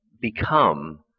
become